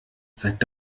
seit